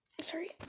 Sorry